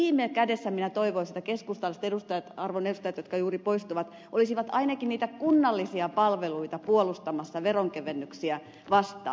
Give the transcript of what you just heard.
viime kädessä minä toivoisin että keskustalaiset arvon edustajat jotka juuri poistuvat olisivat ainakin niitä kunnallisia palveluita puolustamassa veronkevennyksiä vastaan